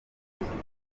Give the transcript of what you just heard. utakoze